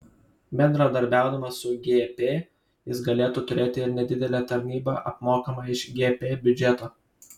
bendradarbiaudamas su gp jis galėtų turėti ir nedidelę tarnybą apmokamą iš gp biudžeto